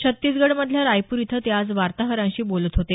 छत्तीसगढमधल्या रायपूर इथं ते आज वार्ताहरांशी बोलत होते